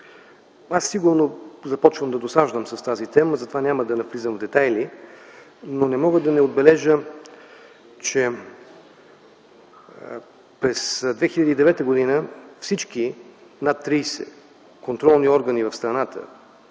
Аз сигурно започвам да досаждам с тази тема, затова няма да навлизам в детайли, но не мога да не отбележа, че през 2009 г. всички над 30 контролни органа в страната